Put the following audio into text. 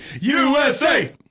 USA